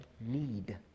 need